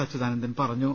അച്യുതാ നന്ദൻ പറഞ്ഞു